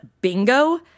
Bingo